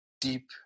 deep